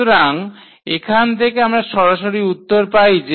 সুতরাং এখান থেকে আমরা সরাসরি উত্তর পাই যে